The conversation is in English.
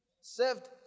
Served